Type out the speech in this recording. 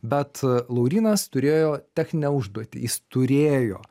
bet laurynas turėjo techninę užduotį jis turėjo